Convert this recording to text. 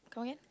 come again